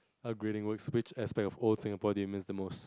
upgrading works which aspect of old Singapore do you miss the most